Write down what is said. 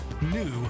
New